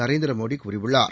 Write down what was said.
நரேந்திரமோடிகூறியுள்ளார்